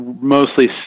mostly